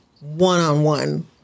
one-on-one